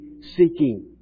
seeking